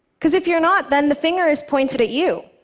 because if you're not, then the finger is pointed at you,